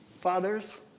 fathers